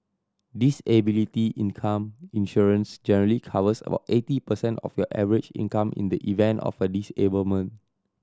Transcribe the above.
disability income insurance generally covers about eighty percent of your average income in the event of a disablement